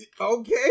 Okay